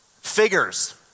figures